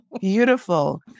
beautiful